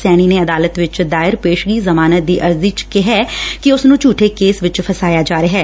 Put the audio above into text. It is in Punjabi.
ਸੈਣੀ ਨੇ ਅਦਾਲਤ ਚ ਦਾਇਰ ਪੇਸ਼ਗੀ ਜ਼ਮਾਨਤ ਦੀ ਅਰਜ਼ੀ ਚ ਕਿਹੈ ਕਿ ਉਸ ਨੂੰ ਝੂਠੇ ਕੇਸ ਵਿਚ ਫਸਾਇਆ ਜਾ ਰਿਹੈ